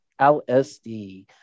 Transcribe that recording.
LSD